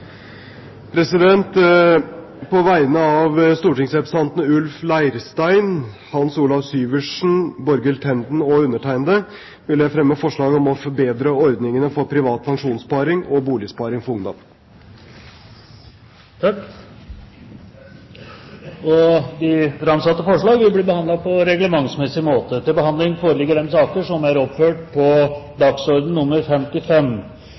På vegne av stortingsrepresentantene Ulf Leirstein, Hans Olav Syversen, Borghild Tenden og meg selv vil jeg fremme forslag om å forbedre ordningene for privat pensjonssparing og boligsparing for ungdom. Forslagene vil bli behandlet på reglementsmessig måte. Stortinget mottok mandag meddelelse fra Statsministerens kontor om at følgende statsråder vil møte til